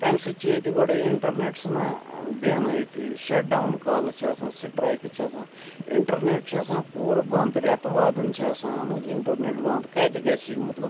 تمہِ سۭتۍ چھِ ییٚتہِ گۄڈے اِنٹَرنیٚٹ ژھٕنان ٲں بیٚہنٲیتھٕے شَٹ ڈوُن کالہٕ چھِ آسان سٕٹرایکہٕ چھِ آسان اِنٹَرنیٚٹ چھُ آسان پوٗرٕ بنٛد ریٚتہٕ وادن چھِ آسان اہن حظ اِنٹَرنیٚٹ بنٛد کَتہِ گژھہِ یہِ مطلب